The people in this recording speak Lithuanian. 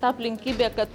ta aplinkybė kad